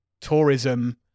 tourism